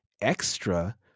extra